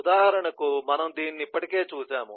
ఉదాహరణకు మనము దీనిని ఇప్పటికే చూశాము